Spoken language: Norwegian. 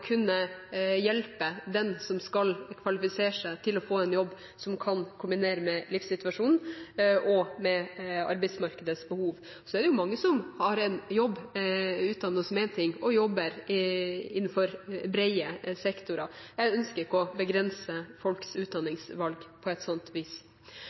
kunne hjelpe den som skal kvalifisere seg til å få en jobb som man kan kombinere med livssituasjonen og med arbeidsmarkedets behov. Det er mange som har en jobb og er utdannet som én ting og jobber innenfor brede sektorer. Jeg ønsker ikke å begrense folks utdanningsvalg på et sånt vis.